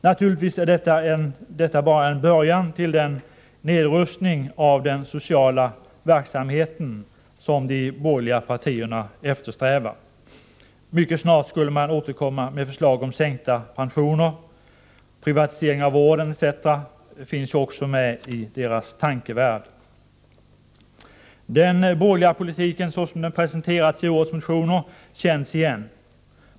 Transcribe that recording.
Naturligtvis är detta bara en början till den nedrustning av social verksamhet som de borgerliga partierna eftersträvar. Mycket snart skulle man återkomma med förslag om sänkta pensioner, privatisering av värden etc. Detta finns också med i deras tankevärld. Den borgerliga politiken, så som den presenterats i årets motioner, känns igen.